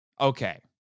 Okay